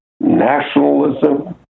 nationalism